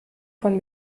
von